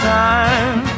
time